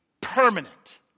permanent